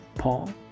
Paul